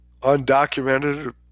undocumented